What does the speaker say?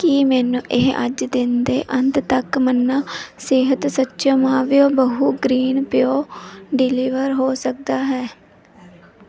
ਕੀ ਮੈਨੂੰ ਇਹ ਅੱਜ ਦਿਨ ਦੇ ਅੰਤ ਤੱਕ ਮੰਨਾ ਸਿਹਤ ਸਚਿਓ ਮਾਵਓ ਬਹੂ ਗ੍ਰੀਨ ਪੀਓ ਡਿਲੀਵਰ ਹੋ ਸਕਦਾ ਹੈ